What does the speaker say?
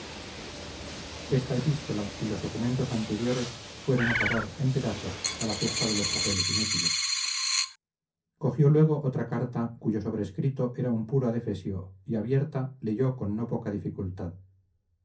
esta epístola y los documentos anteriores fueron a parar en pedazos a la cesta de los papeles inútiles cogió luego otra carta cuyo sobrescrito era un puro adefesio y abierta leyó con no poca dificultad